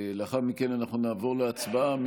לאחר מכן אנחנו נעבור להצבעה.